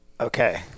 Okay